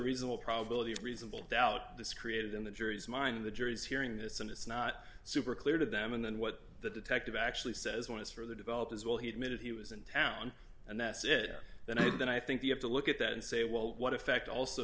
reasonable probability of reasonable doubt this created in the jury's mind the jury is hearing this and it's not super clear to them and then what the detective actually says one is further developed as well he admitted he was in town and that's it then i would then i think you have to look at that and say well what effect also